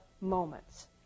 moments